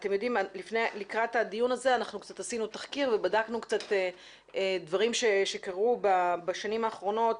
לקראת הדיון הזה אנחנו עשינו תחקיר ובדקנו דברים שקרו בשנים האחרונות.